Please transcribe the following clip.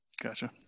Gotcha